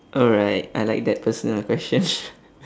all right I like that personal question